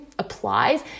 applies